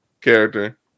character